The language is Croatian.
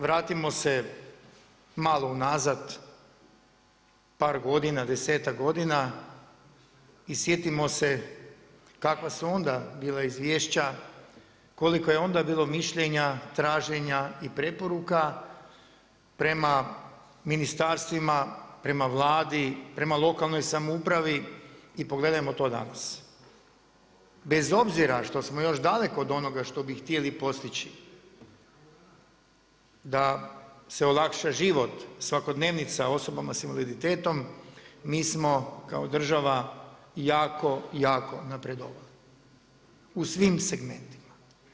Vratimo se malo unazad, par godina, desetak godina i sjetimo se kakva su onda bila izvješća, koliko je onda bilo mišljenja, traženja i preporuka prema ministarstvima, prema Vladi, prema lokalnoj samoupravi i pogledajmo to danas. bez obzira što smo još daleko od onoga što bi htjeli postići da se olakša život, svakodnevica osobama sa invaliditetom, mi smo kao država jako, jako napredovali, u svim segmentima.